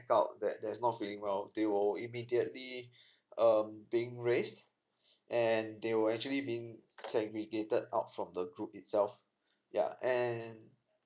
out that they're not feeling well they will immediately um being rest and they will actually being segregated out from the group itself yup and